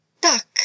Tak